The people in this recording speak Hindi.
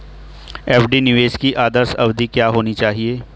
एफ.डी निवेश की आदर्श अवधि क्या होनी चाहिए?